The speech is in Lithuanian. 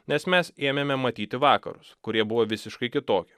nes mes ėmėme matyti vakarus kurie buvo visiškai kitokie